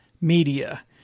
media